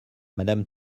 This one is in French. madame